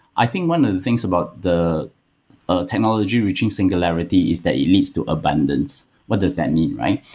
i think one of the things about the technology reaching singularity is that it leads to abundance. what does that mean?